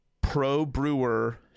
pro-brewer